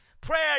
Prayer